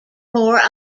more